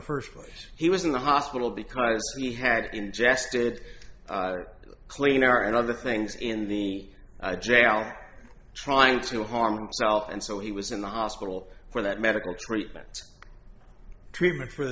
the st place he was in the hospital because he had ingested cleaner and other things in the jail trying to harm himself and so he was in the hospital for that medical treatment treatment for